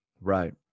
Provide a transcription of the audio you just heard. Right